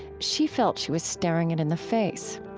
she felt she was staring it in the face.